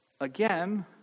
again